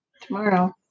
tomorrow